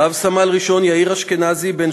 רב-סמל ראשון (במיל')